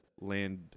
land